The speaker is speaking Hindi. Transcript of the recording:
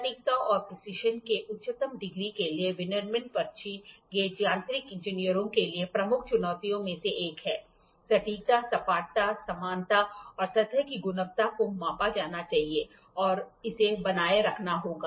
सटीकता और प्रीसिशन के उच्चतम डिग्री के लिए विनिर्माण पर्ची गेज यांत्रिक इंजीनियरों के लिए प्रमुख चुनौतियों में से एक है सटीकता सपाटता समानता और सतह की गुणवत्ता को मापा जाना चाहिए और इसे बनाए रखना होगा